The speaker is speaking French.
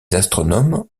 astronomes